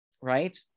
right